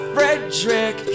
Frederick